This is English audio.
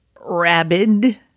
rabid